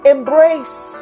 Embrace